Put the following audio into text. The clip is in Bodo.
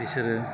बिसोरो